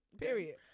Period